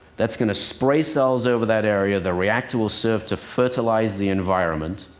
that's going to spray cells over that area. the reactor will serve to fertilize the environment,